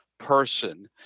person